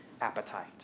appetite